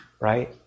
right